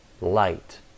light